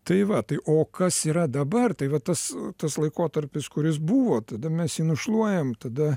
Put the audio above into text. tai va tai o kas yra dabar tai va tas tas laikotarpis kuris buvo tada mes jį nušluojam tada